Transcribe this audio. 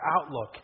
outlook